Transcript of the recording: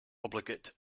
obligate